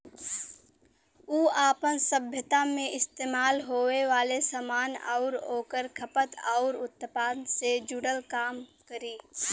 उ आपन सभ्यता मे इस्तेमाल होये वाले सामान आउर ओकर खपत आउर उत्पादन से जुड़ल काम करी